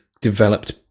developed